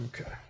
Okay